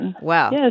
Wow